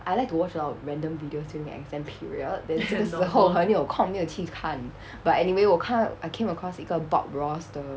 I like to watch a lot of random videos during exam period then 这个时候很有空没有去看 but anyway 我看 I came across 一个 bob ross 的